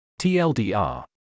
TLDR